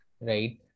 right